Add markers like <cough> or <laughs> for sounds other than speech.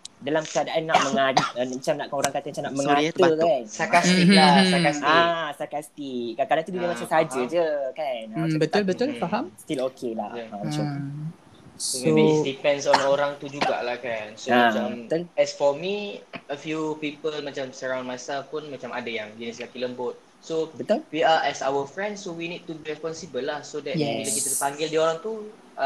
Dalam keadaan nak mengadi- uh, macam nak- orang kata macam nak <coughs> Sorry, mengata terbatuk. kan. Sarkastik lah, <laughs> Mhm. sarkastik. Mhm. Ah, sarkastik. Kadang-kadang tu dia Ah, macam saja faham. je kan. Ah, macam Betul, tak- betul, faham. still okay lah. Yeah. Ah, macam tu. Ah, So maybe it so- depends on orang tu jugalah kan. So Ah, macam- betul. as for me, a few people macam surround myself pun macam ada yang jenis lelaki lembut. So Betul. we are as our friends, so we need to be responsible lah. So that Yes. bila kita terpanggil dia orang tu, uh,